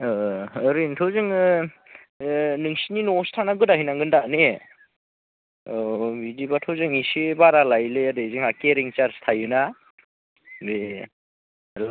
ओरैनोथ' जोङो नोंसिनि न'आवसो थांना गोदाहैनांगोन दा ने औ बिदिब्लाथ' जों एसे बारा लायोलै आदै जोंहा केरिं चार्स थायोना बे